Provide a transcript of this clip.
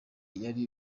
yari